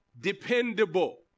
dependable